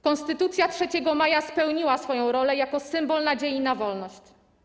Konstytucja 3 maja spełniła swoją rolę jako symbol nadziei na wolność.